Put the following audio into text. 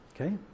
okay